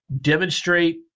demonstrate